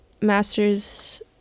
master's